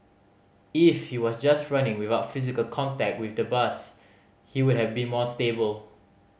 if he was just running without physical contact with the bus he would have been more stable